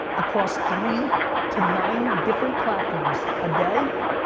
across three to nine different platforms a day,